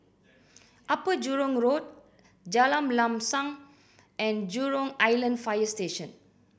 Upper Jurong Road Jalan Lam Sam and Jurong Island Fire Station